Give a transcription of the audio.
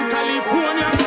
California